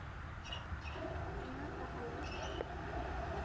ᱢᱟ ᱛᱟᱦᱚᱞᱮ